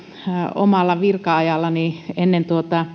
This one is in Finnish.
omalla virka ajallani ennen